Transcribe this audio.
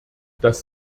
das